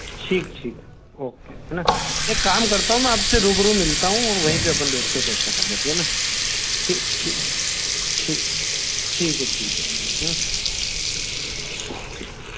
ठीक ठीक ओके है ना एक काम करता हूँ मैं आपसे रूबरू मिलता हूँ और वहीं पर अपन बैठ कर चर्चा कर लेते हैं है ना ठीक ठीक ठीक ठीक है ठीक है ठीक ठीक